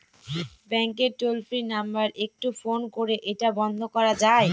ব্যাংকের toll free number একটু phone করে এটা বন্ধ করা যায়?